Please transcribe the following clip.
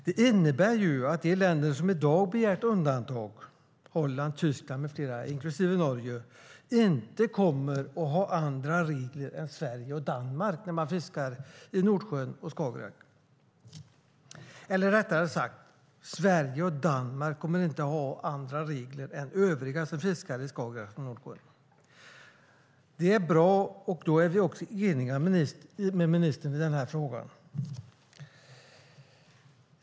Det innebär att de länder som i dag har begärt undantag, Holland, Tyskland med flera, inklusive Norge, inte kommer att ha andra regler än Sverige och Danmark när man fiskar i Nordsjön och Skagerrak. Eller rättare sagt, Sverige och Danmark kommer inte att ha andra regler än övriga som fiskar i Skagerrak och Nordsjön. Det är bra. Då är vi också eniga med ministern i den här frågan.